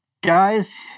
guys